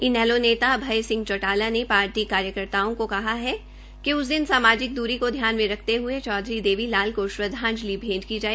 इनेलो के वरिष्ठ नेता अभय सिंह चौटाला ने पार्टी कार्यकर्ताओं को कहा है कि उस दिन सामाजिक दूरी को ध्यान में रखते हुए चौधरी देवी लाल को श्रद्वांजलि भेंट की जाए